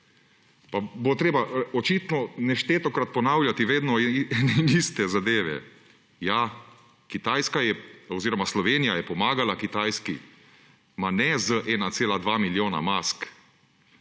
Pa bo treba očitno neštetokrat ponavljati ene in iste zadeve. Ja, Kitajska oziroma Slovenija je pomagala Kitajski. Ma ne z 1,2 milijona mask,